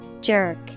Jerk